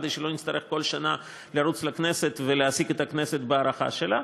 כדי שלא נצטרך כל שנה לרוץ לכנסת ולהעסיק את הכנסת בהארכה שלה,